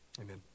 Amen